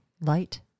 light